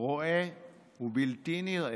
רואה ובלתי נראה,